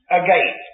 again